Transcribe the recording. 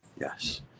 Yes